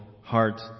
heart